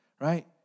right